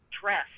dress